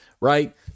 right